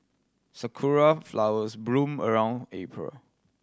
sakura flowers bloom around April